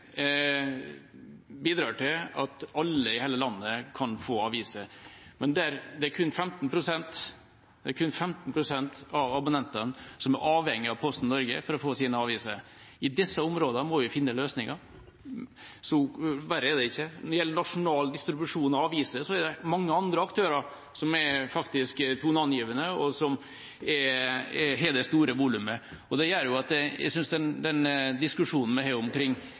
bidrar Posten Norge til at alle i hele landet kan få aviser. Men det er kun 15 pst. av abonnentene som er avhengig av Posten Norge for å få sine aviser. I disse områdene må vi finne løsninger. Verre er det ikke. Når det gjelder nasjonal distribusjon av aviser, er det mange andre aktører som er toneangivende, og som har det store volumet. På den diskusjonen vi har omkring,